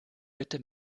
bitte